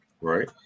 Right